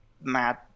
mad